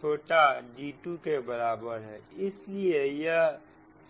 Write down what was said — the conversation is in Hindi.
छोटा d2 के बराबर है इसलिए यह d2 है